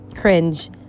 cringe